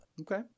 okay